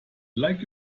like